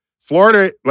Florida